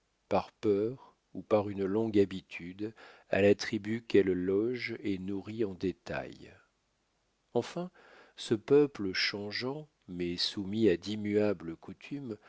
par peur ou par une longue habitude à la tribu qu'elle loge et nourrit en détail enfin ce peuple changeant mais soumis à d'immuables coutumes